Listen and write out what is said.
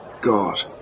God